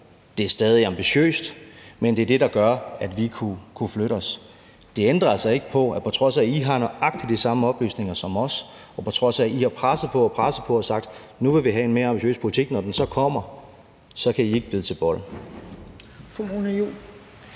Det er stadig ambitiøst. Men det er det, der har gjort, at vi kunne flytte os. Det ændrer altså ikke på – på trods af at I har nøjagtig de samme oplysninger som os, og på trods af at I har presset på og presset på og sagt: Nu vil vi have en mere ambitiøs politik – at når den politik så kommer, kan I ikke bide til bolle.